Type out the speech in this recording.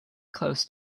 close